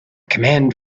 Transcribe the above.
command